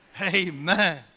Amen